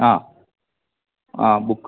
ആ ആ ബുക്ക്